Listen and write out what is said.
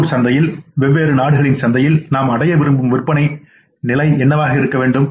உள்ளூர் சந்தையில் வெவ்வேறு நாடுகளின் சந்தையில் நாம் அடைய விரும்பும் விற்பனையின் நிலை என்னவாக இருக்க வேண்டும்